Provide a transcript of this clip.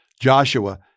Joshua